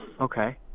Okay